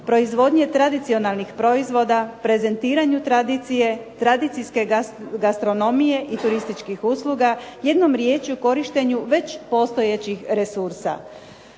proizvodnje tradicionalnih proizvoda, prezentiranju tradicije, tradicijske gastronomije, i turističkih usluga, jednom riječju korištenju već postojećih resursa.